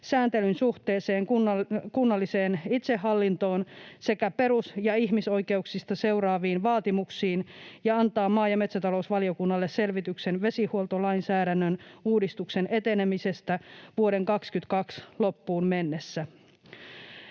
sääntelyn suhteeseen kunnalliseen itsehallintoon sekä perus‑ ja ihmisoikeuksista seuraaviin vaatimuksiin ja antaa maa‑ ja metsätalousvaliokunnalle selvityksen vesihuoltolainsäädännön uudistuksen etenemisestä vuoden 2022 loppuun mennessä.”